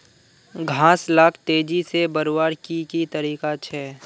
घास लाक तेजी से बढ़वार की की तरीका छे?